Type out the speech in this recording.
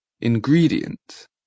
ingredient